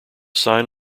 sign